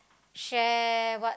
share what